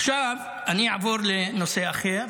עכשיו אני אעבור לנושא אחר